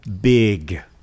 big